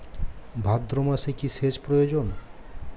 ভাদ্রমাসে কি সেচ প্রয়োজন?